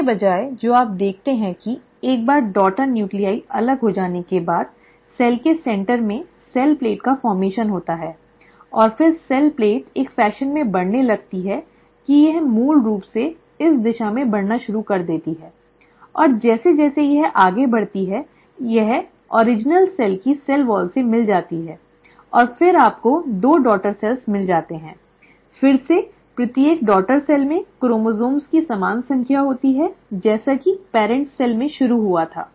इसके बजाय जो आप देखते हैं कि एक बार डॉटर नूक्लीआइ अलग हो जाने के बाद सेल के केंद्र में सेल प्लेट का गठन होता है और फिर सेल प्लेट एक फैशन में बढ़ने लगती है कि यह मूल रूप से इस दिशा में बढ़ना शुरू कर देती है और जैसे जैसे यह आगे बढ़ती है यह मूल कोशिकाoriginal cells की सेल वॉल से मिल जाती है और फिर आपको दो डॉटर सेल्स मिल जाते हैं फिर से प्रत्येक डॉटर सेल् में क्रोमोसोम्स की समान संख्या होती है जैसा कि मूल कोशिका में शुरू हुआ था